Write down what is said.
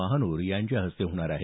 महानोर यांच्या हस्ते होणार आहे